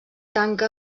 tanca